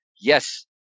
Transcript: yes